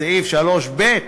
סעיף 3ב(ב)